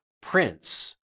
Prince